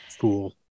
Cool